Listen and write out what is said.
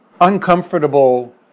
uncomfortable